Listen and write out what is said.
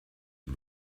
den